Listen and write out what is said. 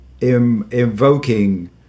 invoking